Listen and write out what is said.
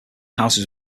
houses